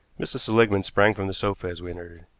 mrs. seligmann sprang from the sofa as we entered.